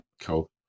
cool